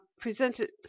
presented